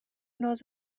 nos